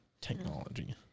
technology